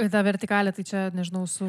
į tą vertikalią tai čia nežinau su